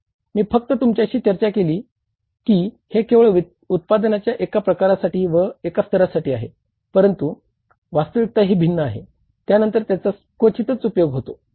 मी फक्त तुमच्याशी चर्चा केली की हे केवळ उत्पादनाच्या एका प्रकारासाठी व एका स्तरासाठी आहे परंतु वास्तविकता ही भिन्न आहे त्यानंतर त्याचा क्वचितच उपयोग होतो